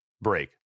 break